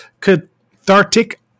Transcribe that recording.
Cathartic